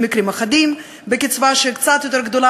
ובמקרים אחדים מקצבה קצת יותר גדולה,